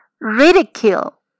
ridicule